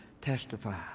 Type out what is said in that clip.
testify